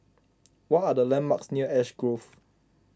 what are the landmarks near Ash Grove